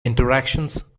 interactions